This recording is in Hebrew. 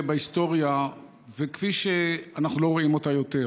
בהיסטוריה וכפי שאנחנו לא רואים אותה יותר,